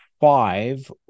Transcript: Five